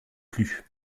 plus